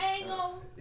angle